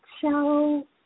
show